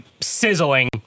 sizzling